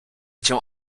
cię